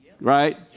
Right